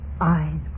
Eyes